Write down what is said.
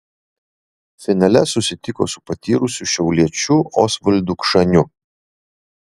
finale susitiko su patyrusiu šiauliečiu osvaldu kšaniu